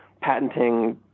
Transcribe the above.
patenting